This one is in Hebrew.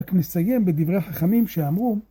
רק נסיים בדברי החכמים שאמרו.